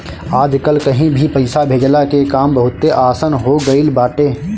आजकल कहीं भी पईसा भेजला के काम बहुते आसन हो गईल बाटे